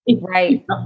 Right